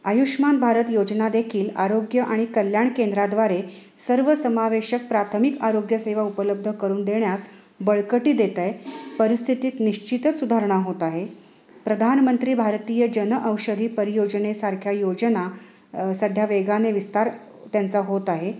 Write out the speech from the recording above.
आयुष्मान भारत योजनादेखील आरोग्य आणि कल्याण केंद्राद्वारे सर्व समावेशक प्राथमिक आरोग्यसेवा उपलब्ध करून देण्यास बळकटी देत आहे परिस्थितीत निश्चितच सुधारणा होत आहे प्रधानमंत्री भारतीय जन औषधी परियोजनेसारख्या योजना सध्या वेगाने विस्तार त्यांचा होत आहे